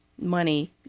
Money